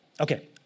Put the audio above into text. Okay